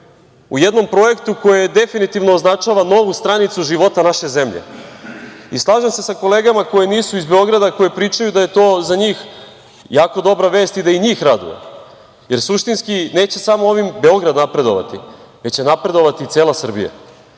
u jednom projektu koji definitivno označava novu stranicu života naše zemlje. Slažem se sa kolegama koji nisu iz Beograda, koji pričaju da je to za njih jako dobra vest i da i njih raduje, jer suštinski neće samo ovim Beograd napredovati, već će napredovati cela Srbija.